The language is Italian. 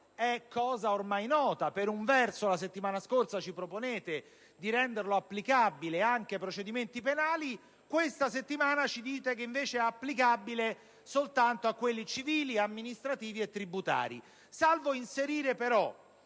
è cosa ormai nota: la settimana scorsa ci proponete di renderlo applicabile anche ai procedimenti penali; questa settimana ci dite, invece, che è applicabile soltanto a quelli civili, amministrativi e tributari, salvo inserire però,